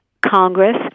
Congress